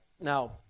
Now